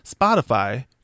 Spotify